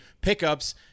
pickups